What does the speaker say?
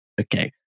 okay